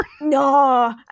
No